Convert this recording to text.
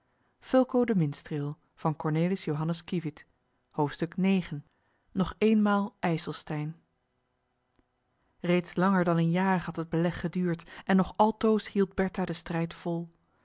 nog eenmaal ijselstein reeds langer dan een jaar had het beleg geduurd en nog altoos hield bertha den strijd vol